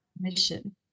mission